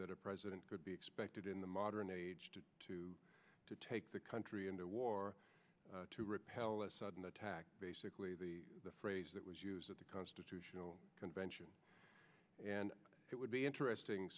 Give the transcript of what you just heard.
that a president could be expected in the modern age to to take the country into war to repel a sudden attack basically the phrase that was used at the constitutional convention and it would be interesting